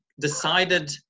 decided